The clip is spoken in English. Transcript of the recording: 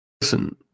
listen